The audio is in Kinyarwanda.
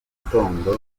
gitondo